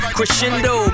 Crescendo